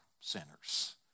sinners